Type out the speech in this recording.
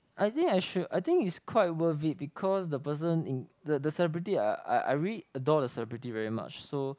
I think I should I think it's quite worth it because the person in the the celebrity I I I really adore the celebrity very much so